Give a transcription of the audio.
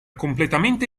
completamente